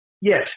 Yes